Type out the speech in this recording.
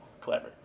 clever